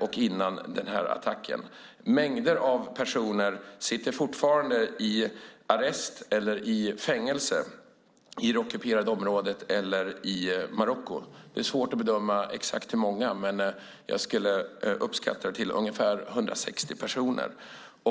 och innan den här attacken. Mängder av personer sitter fortfarande i arrest eller i fängelse i det ockuperade området eller i Marocko. Det är svårt att bedöma exakt hur många de är, men jag skulle uppskatta det till ungefär 160 personer.